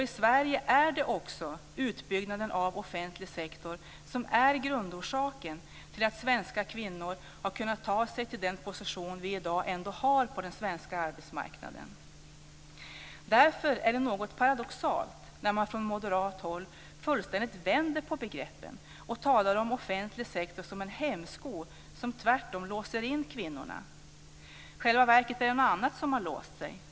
I Sverige är också utbyggnaden av den offentliga sektorn grundorsaken till att svenska kvinnor har kunnat ta sig till den position som vi i dag ändå har på den svenska arbetsmarknaden. Därför är det något paradoxalt att man från moderat håll fullständigt vänder på begreppen och talar om den offentliga sektorn som en hämsko som tvärtom låser in kvinnorna. I själva verket är det något annat som har låst sig.